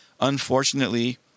Unfortunately